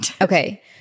okay